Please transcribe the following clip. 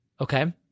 Okay